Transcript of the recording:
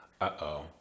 Uh-oh